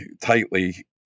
tightly